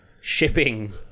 shipping